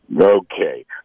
Okay